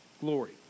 glory